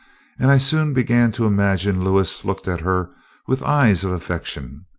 and i soon began to imagine lewis looked at her with eyes of affection.